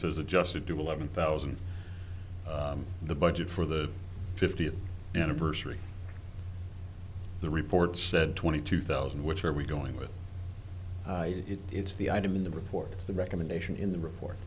as adjusted to eleven thousand the budget for the fiftieth anniversary the report said twenty two thousand which are we going with it it's the item in the report the recommendation in the report